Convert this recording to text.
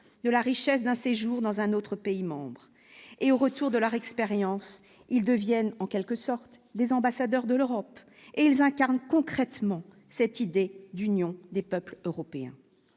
de la richesse d'un séjour dans un autre pays membre et au retour de leur expérience, ils deviennent en quelque sorte des ambassadeurs de l'Europe et ils incarnent concrètement cette idée d'Union des peuples européens,